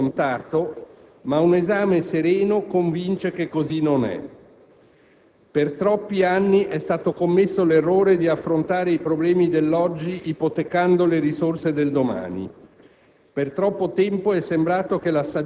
Potrebbe sembrare un proposito scontato, ma un esame sereno convince che così non è. Per troppi anni è stato commesso l'errore di affrontare i problemi dell'oggi ipotecando le risorse del domani;